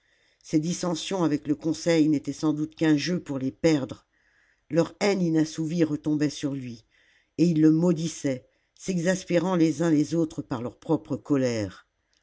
ses dissensions avec le conseil n'étaient sans doute qu'un jeu pour les perdre leur haine inassouvie retombait sur lui et ils le maudissaient s'exaspérant les uns les autres par leur propre colère